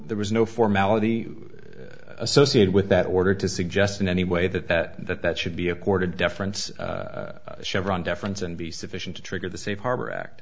there was no formality associated with that order to suggest in any way that that that that should be accorded deference chevron deference and be sufficient to trigger the safe harbor act